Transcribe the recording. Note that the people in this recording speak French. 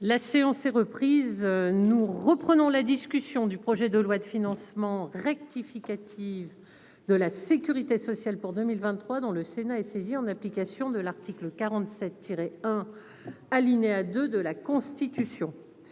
La séance est reprise nous reprenons la discussion du projet de loi de financement rectificative de la Sécurité sociale pour 2023 dans le Sénat et saisi en application de l'article 47 tirer un. Alinéa 2 de la Constitution